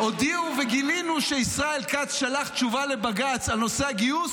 הודיעו וגילינו שישראל כץ שלח תשובה לבג"ץ על נושא הגיוס,